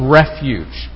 refuge